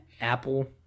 Apple